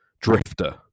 drifter